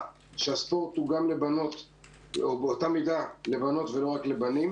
שהספורט הוא באותה מידה גם לבנות ולא רק לבנים.